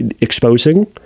exposing